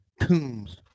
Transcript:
tombs